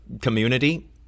community